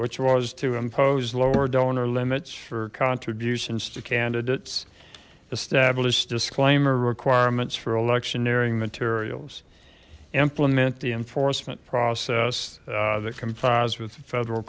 which was to impose lower donor limits for contributions to candidates established disclaimer requirements for electioneering materials implement the enforcement process that complies with the federal